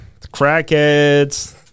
crackheads